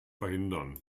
verhindern